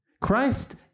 Christ